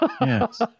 Yes